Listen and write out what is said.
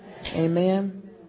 Amen